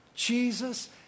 Jesus